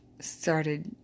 started